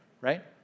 right